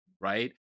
right